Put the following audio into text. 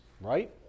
right